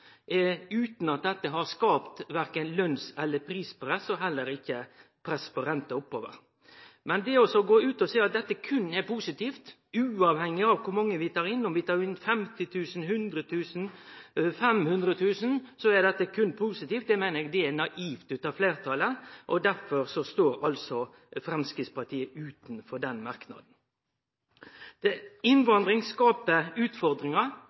utan at dette har skapt verken løns- eller prispress, og heller ikkje pressa renta oppover. Men det å gå ut og seie at dette berre er positivt, uavhengig av kor mange vi tar inn – om vi tar inn 50 000, 100 000, 500 000, så er det berre positivt – det meiner eg er naivt av fleirtalet. Derfor står altså Framstegspartiet utanfor den merknaden. Innvandring skaper utfordringar,